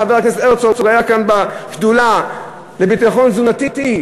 חבר הכנסת הרצוג היה כאן בשדולה לביטחון תזונתי.